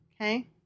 Okay